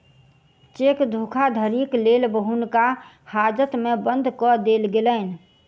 cheque धोखाधड़ीक लेल हुनका हाजत में बंद कअ देल गेलैन